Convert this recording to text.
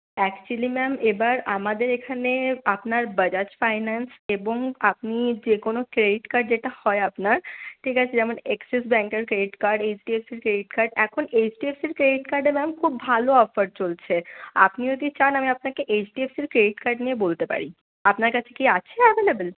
actually ma'am এবার আমাদের এখানে আপনার বাজাজ ফাইন্যান্স এবং আপনি যে কোনো ক্রেডিট কার্ড যেটা হয় আপনার ঠিক আছে যেমন অ্যাক্সিস ব্যাংকের credit card H D F সির ক্রেডিট কার্ড এখন এইচ ডি এফ সির ক্রেডিট কার্ডে ম্যাম খুব ভালো অফার চলছে আপনি যদি চান আমি আপনাকে এইচ ডি এফ সির ক্রেডিট কার্ড নিয়ে বলতে পারি আপনার কাছে কি আছে অ্যাভেইলেবল